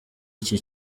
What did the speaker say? iki